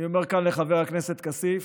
אני אומר כאן לחבר הכנסת כסיף,